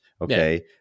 Okay